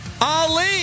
Ali